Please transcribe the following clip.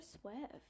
Swift